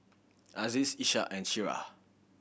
Aziz Ishak and Syirah